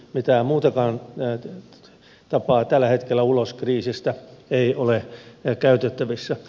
mitään muutakaan tapaa tällä hetkellä ulos kriisistä ei ole käytettävissä